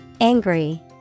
Angry